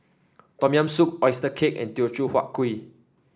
Tom Yam Soup oyster cake and Teochew Huat Kuih